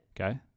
Okay